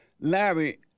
Larry